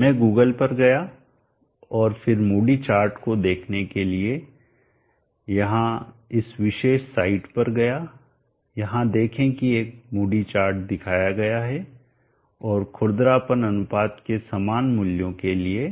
मैं Google पर गया और फिर मूडी चार्ट को देखने के लिए यहां इस विशेष साइट पर गया यहां देखें कि एक मूडी चार्ट दिया गया है और खुरदरापन अनुपात के समान मूल्यों के लिए